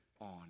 on